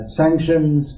sanctions